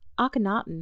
Akhenaten